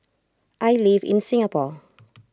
I live in Singapore